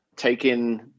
taking